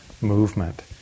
movement